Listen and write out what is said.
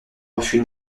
refus